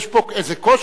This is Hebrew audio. יש פה איזה קושי,